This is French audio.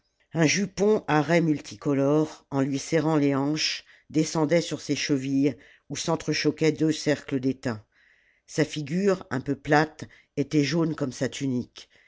un jupon à raies multicolores en lui serrant les hanches descendait sur ses chevilles où s'entre-choquaient deux cercles d'étain sa figure un peu plate était jaune comme sa tunique